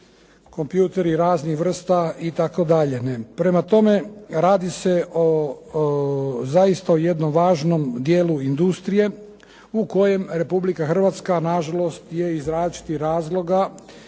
kompjutori raznih vrsta itd. Prema tome, radi se zaista o jednom važnom dijelu industrije u kojem Republika Hrvatska nažalost je iz različitih razloga